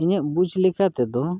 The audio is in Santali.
ᱤᱧᱟᱹᱜ ᱵᱩᱡᱽ ᱞᱮᱠᱟ ᱛᱮᱫᱚ